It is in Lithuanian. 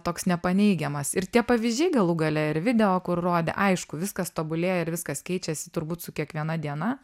toks nepaneigiamas ir tie pavyzdžiai galų gale ir video kur rodė aišku viskas tobulėja ir viskas keičiasi turbūt su kiekviena diena